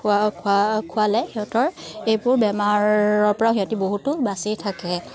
খোৱা খোৱালে সিহঁতৰ এইবোৰ বেমাৰৰপৰাও সিহঁতি বহুতো বাচি থাকে